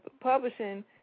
publishing